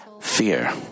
fear